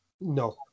No